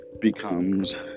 becomes